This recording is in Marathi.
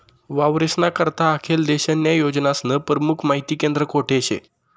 वावरेस्ना करता आखेल देशन्या योजनास्नं परमुख माहिती केंद्र कोठे शे?